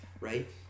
right